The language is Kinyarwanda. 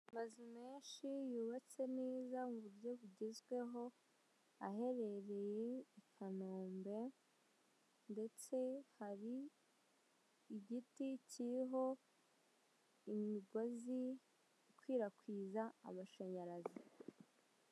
Amazu menshi yubatwe neza muburyo bugezweho aherereye i Kanombe ndetse hari igiti kiriho imigozi ikwirakwiza amashanyarazi.